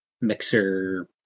mixer